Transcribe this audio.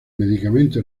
medicamento